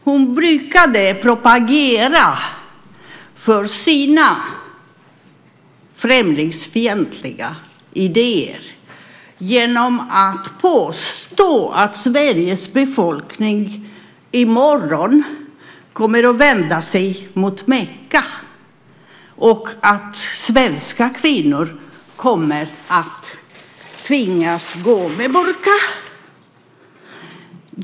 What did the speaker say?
Hon brukade propagera för sina främlingsfientliga idéer genom att påstå att Sveriges befolkning i morgon kommer att vända sig mot Mecka och att svenska kvinnor kommer att tvingas att bära burka.